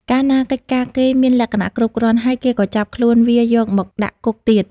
កាលណាកិច្ចការគេមានលក្ខណៈគ្រប់គ្រាន់ហើយ គេក៏ចាប់ខ្លួនវាយកមកដាក់គុកទៀត ។